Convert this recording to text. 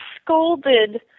scolded